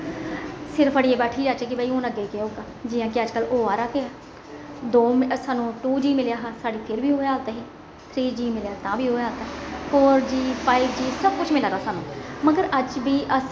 सिर फड़ियै बैठी जाचै कि भाई हून अग्गें केह् होगा जियां कि अज्जकल होआ दा गै दो सानूं टू जी मिलेआ हा साढ़ी फिर बी उ'यै हलात ही थ्री जी मिलेआ तां बी उ'ऐ हालत ऐ फोर जी फाइव जी सब कुछ मिला दा सानूं मगर अज्ज बी अस